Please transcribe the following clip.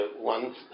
One